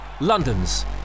London's